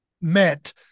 met